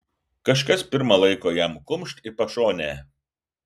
kažkas pirma laiko jam kumšt į pašonę